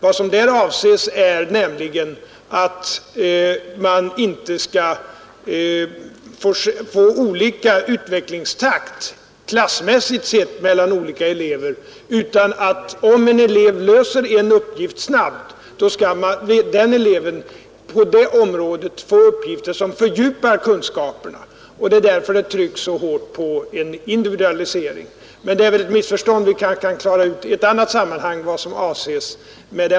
Vad som där avses är nämligen att man inte skall få olika utvecklingstakt klassmässigt sett mellan olika elever. Om en elev löser en uppgift snabbt, skall den eleven på det området få uppgifter som fördjupar kunskaperna. Det är därför det har tryckts så hårt på en individualisering. Missförståndet om vad som avses med denna passus kanske vi kan klara ut i ett annat sammanhang.